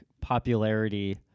popularity